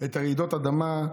את רעידות אדמה,